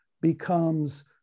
becomes